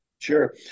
Sure